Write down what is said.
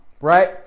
right